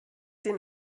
den